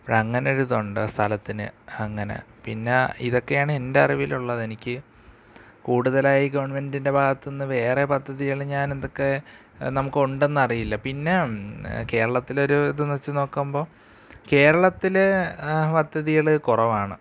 അപ്പഴ് അങ്ങനെ ഒരു ഇതുണ്ട് സ്ഥലത്തിന് അങ്ങനെ പിന്നെ ഇതൊക്കെയാണ് എൻ്റെ അറിവിലുള്ളത് എനിക്ക് കൂടുതലായി ഗവൺമെൻ്റിൻ്റെ ഭാഗയത്ത് നിന്ന് വേറെ പദ്ധതികൾ ഞാൻ എന്തൊക്കെ നമുക്ക് ഉണ്ടെന്ന് അറിയില്ല പിന്നെ കേരളത്തിലൊരു ഇതു വന്ന് വച്ച് നോക്കുമ്പോൾ കേരളത്തിൽ പദ്ധതികൾ കുറവാണ്